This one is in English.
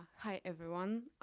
hi everyone,